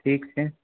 ठीक छै